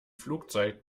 flugzeit